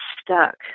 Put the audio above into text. stuck